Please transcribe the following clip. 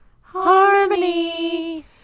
harmony